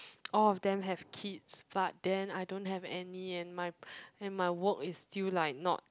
all of them have kids but then I don't have any and my and my work is still like not